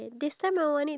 what